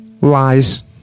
lies